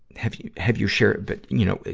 have you have you shared, but, you know,